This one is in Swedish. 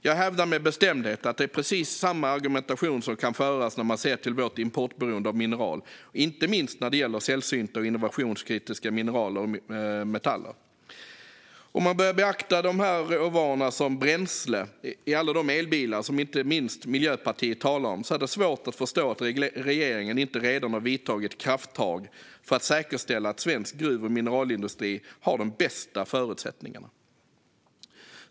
Jag hävdar med bestämdhet att precis samma argumentation kan föras när man ser till vårt importberoende av mineraler, inte minst när det gäller sällsynta och innovationskritiska mineraler och metaller. Om man börjar betrakta dessa råvaror som bränsle i alla de elbilar som inte minst Miljöpartiet talar om är det svårt att förstå att regeringen inte redan har tagit krafttag för att säkerställa att svensk gruv och mineralindustri har de bästa förutsättningarna.